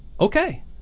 okay